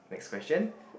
next question